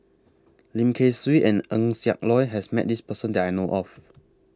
Lim Kay Siu and Eng Siak Loy has Met This Person that I know of